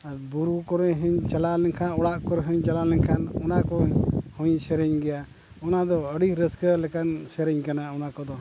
ᱟᱨ ᱵᱩᱨᱩ ᱠᱚᱨᱮᱦᱚᱸᱧ ᱪᱟᱞᱟᱣ ᱞᱮᱱᱠᱷᱟᱱ ᱚᱲᱟᱜ ᱠᱚᱨᱮᱦᱚᱸᱧ ᱪᱟᱞᱟᱣ ᱞᱮᱱᱠᱷᱟᱱ ᱚᱱᱟ ᱠᱚᱦᱚᱧ ᱥᱮᱨᱮᱧ ᱜᱮᱭᱟ ᱚᱱᱟᱫᱚ ᱟᱹᱰᱤ ᱨᱟᱹᱥᱠᱟᱹ ᱞᱮᱠᱟᱱ ᱥᱮᱨᱮᱧ ᱠᱟᱱᱟ ᱚᱱᱟ ᱠᱚᱫᱚ